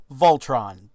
Voltron